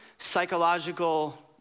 psychological